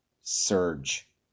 surge